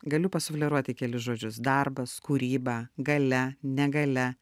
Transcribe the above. galiu pasufleruoti kelis žodžius darbas kūryba galia negalia